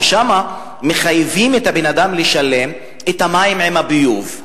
ששם מחייבים את האדם לשלם את המים עם הביוב.